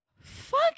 fuck